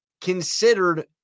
considered